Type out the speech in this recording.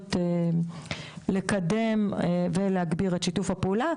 לנסות לקדם ולהגביר את שיתוף הפעולה,